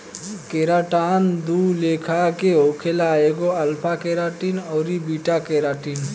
keratin दू लेखा के होखेला एगो अल्फ़ा केराटिन अउरी बीटा केराटिन